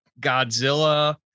Godzilla